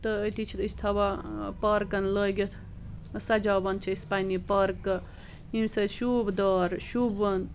تہِ أتۍ چھِ أسۍ تھاوان پارکن لٲگِتھ سجاوان چھِ أسۍ پنٕنہِ پارکہٕ ییٚمہِ سۭتۍ شوٗبدار شوٗبوُن